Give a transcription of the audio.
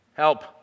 Help